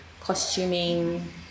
costuming